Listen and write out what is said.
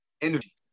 energy